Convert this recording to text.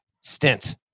Stint